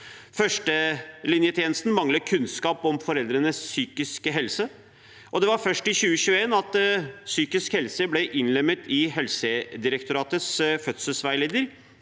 Førstelinjetjenesten mangler kunnskap om foreldrenes psykiske helse, og det var først i 2021 at psykisk helse ble innlemmet i Helsedirektoratets fødselsveileder.